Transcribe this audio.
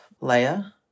layer